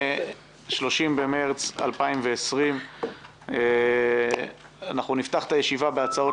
30 במרץ 2020. נפתח את הישיבה בהצעות